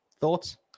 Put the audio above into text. thoughts